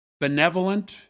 benevolent